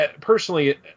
personally